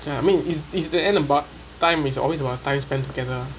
I mean is is the end about time is always about time spent together